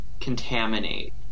contaminate